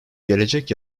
gelecek